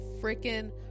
freaking